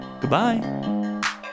Goodbye